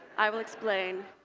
i will explain.